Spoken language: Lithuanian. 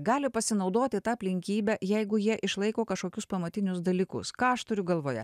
gali pasinaudoti ta aplinkybe jeigu jie išlaiko kažkokius pamatinius dalykus ką aš turiu galvoje